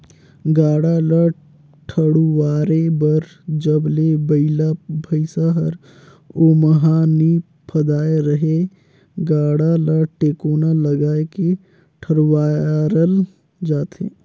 गाड़ा ल ठडुवारे बर जब ले बइला भइसा हर ओमहा नी फदाय रहेए गाड़ा ल टेकोना लगाय के ठडुवारल जाथे